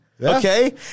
Okay